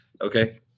Okay